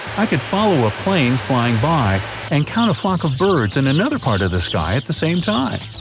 i could follow a plane flying by and count a flock of birds in another part of the sky at the same time.